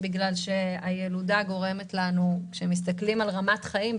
בגלל שהילודה גורמת לנו כשמסתכלים על רמת חיים,